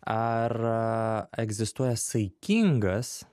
ar egzistuoja saikingas